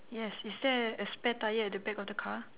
yes is there a spare tyre at the back of the car